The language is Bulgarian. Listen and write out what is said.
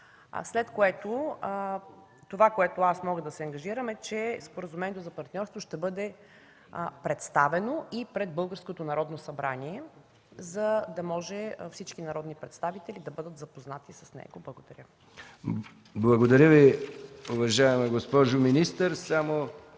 след което това, с което мога да се ангажирам, е, че Споразумението за партньорство ще бъде представено и пред българското Народно събрание, за да могат всички народни представители да бъдат запознати с него. Благодаря. ПРЕДСЕДАТЕЛ МИХАИЛ МИКОВ: Благодаря Ви, уважаема госпожо министър.